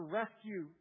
rescue